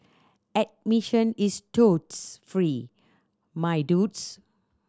admission is totes free my dudes